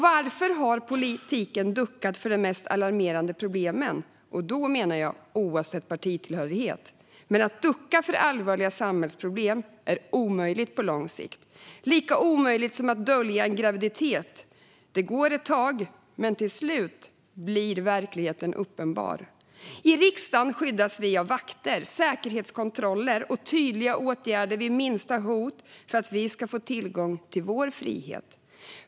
Varför har politiken duckat för de mest alarmerande problemen? Då menar jag oavsett partitillhörighet. Men att ducka för allvarliga samhällsproblem är omöjligt på lång sikt. Det är lika omöjligt som att dölja en graviditet - det går ett tag, men till slut blir verkligheten uppenbar. I riksdagen skyddas vi av vakter, säkerhetskontroller och tydliga åtgärder vid minsta hot för att vi ska få tillgång till vår frihet.